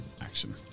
action